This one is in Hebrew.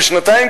בשנתיים,